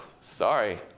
sorry